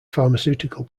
pharmaceutical